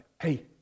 hey